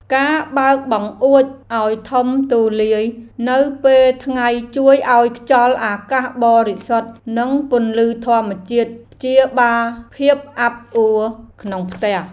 ការបើកបង្អួចឱ្យធំទូលាយនៅពេលថ្ងៃជួយឱ្យខ្យល់អាកាសបរិសុទ្ធនិងពន្លឺធម្មជាតិព្យាបាលភាពអាប់អួក្នុងផ្ទះ។